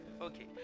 Okay